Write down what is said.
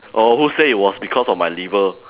oh who say it was because of my liver